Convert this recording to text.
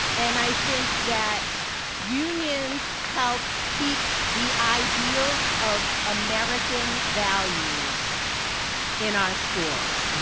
and i think that unions help keep the ideals of american values in our schools. but